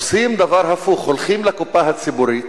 עושים דבר הפוך: הולכים לקופה הציבורית,